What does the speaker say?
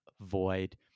void